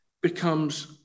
becomes